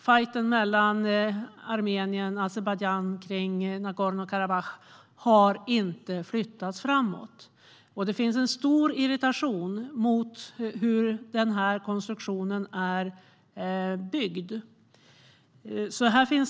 Fajten mellan Armenien och Azerbajdzjan om Nagorno-Karabach har inte flyttats framåt. Det finns en stor irritation över hur den här konstruktionen är uppbyggd.